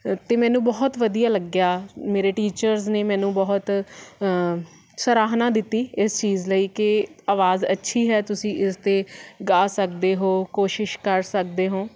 ਅਤੇ ਮੈਨੂੰ ਬਹੁਤ ਵਧੀਆ ਲੱਗਿਆ ਮੇਰੇ ਟੀਚਰਸ ਨੇ ਮੈਨੂੰ ਬਹੁਤ ਸਰਾਹਨਾ ਦਿੱਤੀ ਇਸ ਚੀਜ਼ ਲਈ ਕਿ ਆਵਾਜ਼ ਅੱਛੀ ਹੈ ਤੁਸੀਂ ਇਸਦੇ ਗਾ ਸਕਦੇ ਹੋ ਕੋਸ਼ਿਸ਼ ਕਰ ਸਕਦੇ ਹੋ